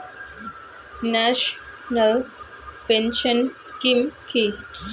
National pension scheme কি?